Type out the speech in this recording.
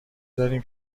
داریم